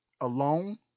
alone